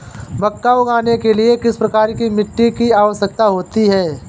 मक्का उगाने के लिए किस प्रकार की मिट्टी की आवश्यकता होती है?